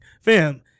Fam